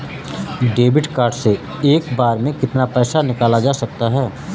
Debit card से एक बार में कितना पैसा निकाला जा सकता है?